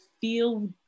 feel